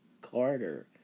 Carter